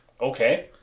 Okay